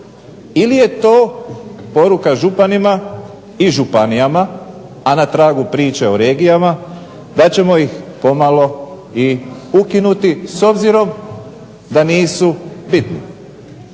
Ili je to poruka županima i županijama, a na tragu priče o regijama da ćemo ih pomalo i ukinuti, s obzirom da nisu bitni.